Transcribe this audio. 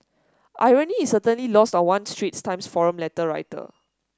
irony is certainly lost on one Straits Times forum letter writer